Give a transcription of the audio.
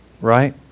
Right